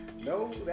No